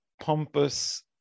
pompous